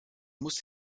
musst